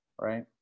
Right